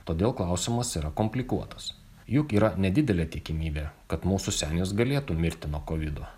todėl klausimas yra komplikuotas juk yra nedidelė tikimybė kad mūsų senis galėtų mirti nuo kovido